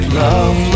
love